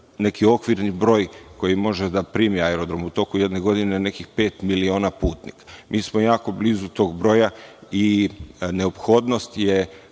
neki okviri broj, koji može da primi aerodrom, u toku jedne godine, nekih pet miliona putnika. Mi smo jako blizu tog broja i neophodnost je